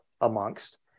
amongst